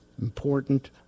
important